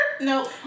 nope